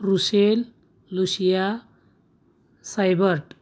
Rushel Lucia Seibert